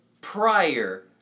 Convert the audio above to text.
prior